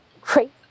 Great